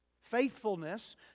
Faithfulness